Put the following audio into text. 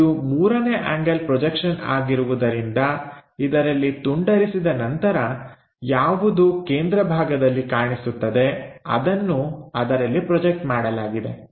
ಇದು ಮೂರನೇ angle projection ಆಗಿರುವುದರಿಂದ ಇದರಲ್ಲಿ ತುಂಡರಿಸಿದ ನಂತರ ಯಾವುದು ಕೇಂದ್ರಭಾಗದಲ್ಲಿ ಕಾಣಿಸುತ್ತದೆ ಅದನ್ನು ಅದರಲ್ಲಿ ಪ್ರೊಜೆಕ್ಟ್ ಮಾಡಲಾಗಿದೆ